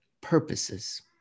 purposes